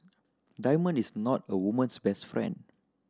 diamond is not a woman's best friend